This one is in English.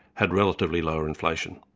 had relatively lower inflation.